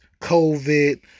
COVID